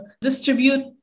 distribute